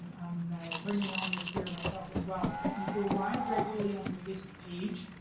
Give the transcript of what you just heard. i'm bringing on this year, myself, as well. you go live regularly on your facebook page,